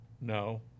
No